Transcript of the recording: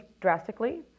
drastically